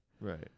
Right